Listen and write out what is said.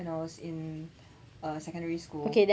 when I was in err secondary school